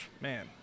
man